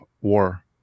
War